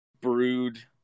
brood